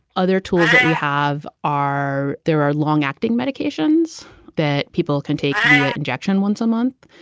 other tools that we have are there are long acting medications that people can take via injection once a month.